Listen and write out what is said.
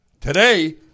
today